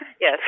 Yes